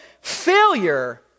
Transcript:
failure